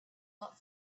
not